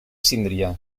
síndria